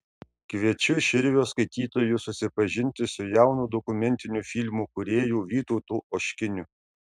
kviečiu širvio skaitytojus susipažinti su jaunu dokumentinių filmų kūrėju vytautu oškiniu